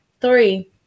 Three